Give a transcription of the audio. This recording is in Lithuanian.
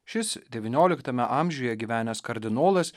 šis devynioliktame amžiuje gyvenęs kardinolas